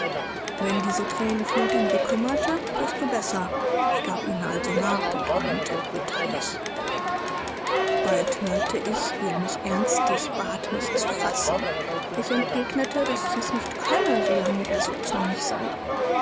wenn diese thränenflut ihn bekümmerte desto besser ich gab ihnen also nach und weinte bitterlich bald hörte ich wie er mich ernstlich bat mich zu fassen ich entgegnete daß ich es nicht könne so lange er so zornig sei